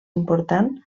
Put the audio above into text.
important